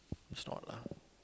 it's not lah